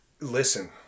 listen